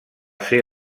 ser